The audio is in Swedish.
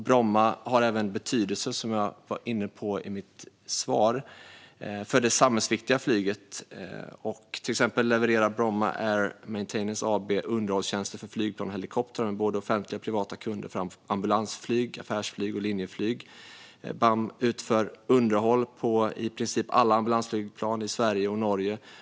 Bromma har även betydelse, som jag var inne på i mitt interpellationssvar, för det samhällsviktiga flyget. Till exempel levererar Bromma Air Maintenance AB, BAM, underhållstjänster för flygplan och helikoptrar med både offentliga och privata kunder inom ambulansflyg, affärsflyg och linjeflyg. BAM utför underhåll på i princip alla ambulansflygplan i Sverige och Norge.